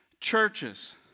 churches